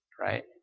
right